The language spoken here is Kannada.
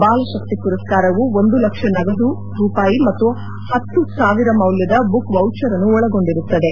ಬಾಲ ಶಕ್ತಿ ಪುರಸ್ಕಾರವು ಒಂದು ಲಕ್ಷ ನಗದು ರೂಪಾಯಿ ಮತ್ತು ಪತ್ತು ಸಾವಿರ ಮೌಲ್ಯದ ಬುಕ್ ವೋಚರ್ ಅನ್ನು ಒಳಗೊಂಡಿರುತ್ತದೆ